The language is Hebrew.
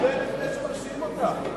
הרבה לפני שמרשיעים אותם,